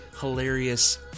hilarious